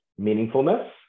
meaningfulness